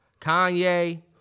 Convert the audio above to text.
Kanye